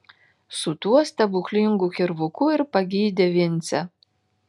su tuo stebuklingu kirvuku ir pagydė vincę